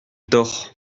dort